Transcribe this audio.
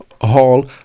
hall